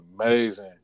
amazing